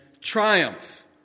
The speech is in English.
triumph